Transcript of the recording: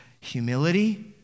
humility